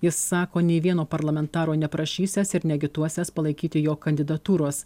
jis sako nei vieno parlamentaro neprašysiąs ir neagituosiąs palaikyti jo kandidatūros